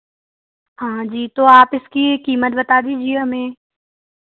हाँ जी तो आप इसकी कीमत बता दीजिए हमें